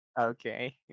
Okay